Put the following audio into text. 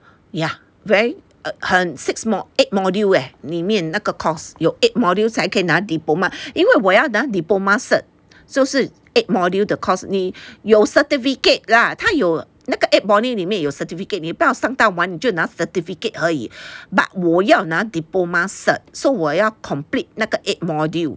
yeah very 很 six eight module leh 里面那个 course 有 eight module 才可以拿 diploma 因为我要拿 diploma cert so 是 eight module 的 course 你有 certificate lah 它有那个 eight module 里面有 certificate 你不要上到完你就拿 certificate 而已 but 我要拿 diploma cert so 我要 complete 那个 eight module